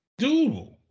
doable